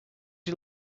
you